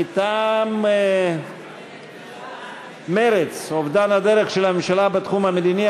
מטעם מרצ: אובדן הדרך של הממשלה בתחום המדיני,